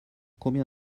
combien